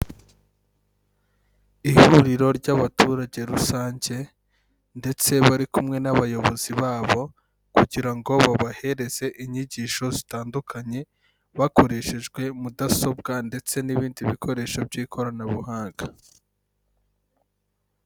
Ihuriro ry'abaturage rusange, ndetse bari kumwe n'abayobozi babo kugirango babahereze inyigisho zitandukanye bakoresheje mudasobwa ndetse n'ibindi bikoresho by'ikoranabuhanga.